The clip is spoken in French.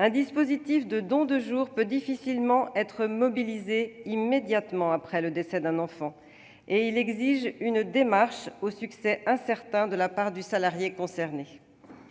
un dispositif de don de jours peut difficilement être mobilisé immédiatement après le décès d'un enfant et il exige une démarche, au succès incertain, de la part du salarié concerné.